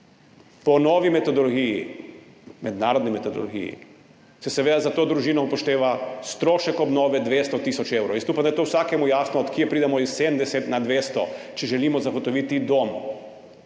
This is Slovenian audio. Po novi metodologiji, mednarodni metodologiji, se seveda za to družino upošteva strošek obnove 200 tisoč evrov. Jaz upam, da je to vsakemu jasno, od kje pridemo iz 70 na 200, če želimo zagotoviti dom.